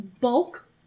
bulk